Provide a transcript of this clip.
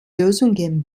lösungen